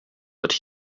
but